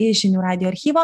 iš žinių radijo archyvo